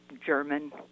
German